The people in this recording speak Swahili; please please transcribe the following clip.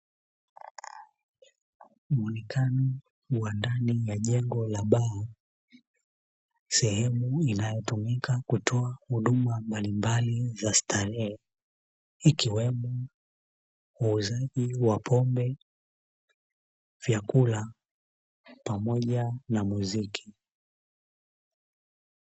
Muonekano wa ndani wa jengo la baa, sehemu inayoweza kutoa huduma mbalimbali za starehe, ikiwemo wauzaji wa pombe, vyakula, pamoja na muziki.